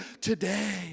today